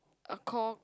a core